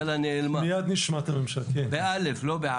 את תיתני לאותו מקום בעייתי, לאותו רב